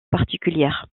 particulière